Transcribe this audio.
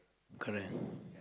correct